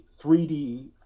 3D